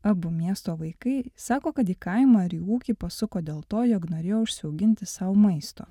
abu miesto vaikai sako kad į kaimą ar į ūkį pasuko dėl to jog norėjo užsiauginti sau maisto